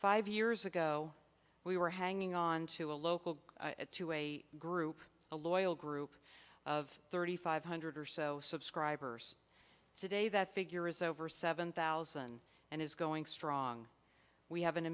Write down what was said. five years ago we were hanging on to a local to a group a loyal group of thirty five hundred or so subscribers today that figure is over seven thousand and is going strong we have an